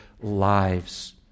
lives